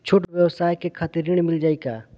छोट ब्योसाय के खातिर ऋण मिल जाए का?